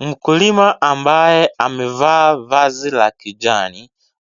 Mkulima ambaye amevaa vazi la kijani,